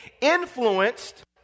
influenced